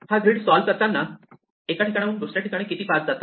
ही grid solve करताना एका ठिकाणाहून दुसऱ्या ठिकाणी किती पाथ जातात